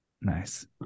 Nice